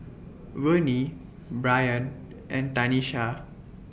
Vennie Brayan and Tanisha